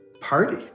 party